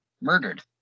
murdered